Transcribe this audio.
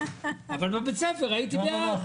אבל בבית הספר הייתי בעד.